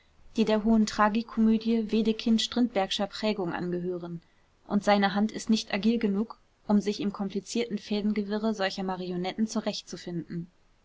die der hohen tragikomödie wedekind-strindbergscher prägung angehören und seine hand ist nicht agil genug um sich im komplizierten fädengewirre solcher marionetten zurechtzufinden